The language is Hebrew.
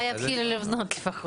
לפחות מתי יתחילו לבנות.